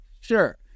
Sure